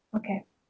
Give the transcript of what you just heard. okay